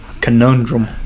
conundrum